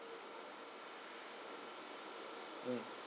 mm